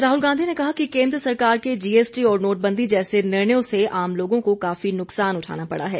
राहुल गांधी ने कहा कि केन्द्र सरकार के जीएसटी और नोटबंदी जैसे निर्णयों से आम लोगों को काफी नुकसान उठाना पड़ा है